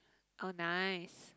oh nice